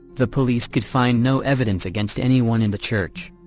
the police could find no evidence against anyone in the church.